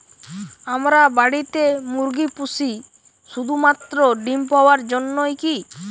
আমরা বাড়িতে মুরগি পুষি শুধু মাত্র ডিম পাওয়ার জন্যই কী?